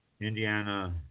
Indiana